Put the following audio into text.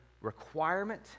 requirement